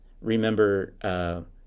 remember